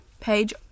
page